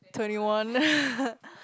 twenty one